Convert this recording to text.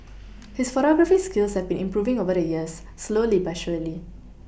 his photography skills have been improving over the years slowly but surely